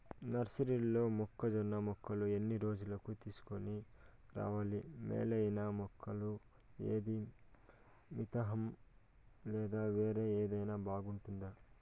నర్సరీలో మొక్కజొన్న మొలకలు ఎన్ని రోజులకు తీసుకొని రావాలి మేలైన మొలకలు ఏదీ? మితంహ లేదా వేరే ఏదైనా బాగుంటుందా?